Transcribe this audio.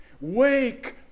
Wake